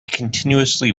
continuously